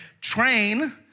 train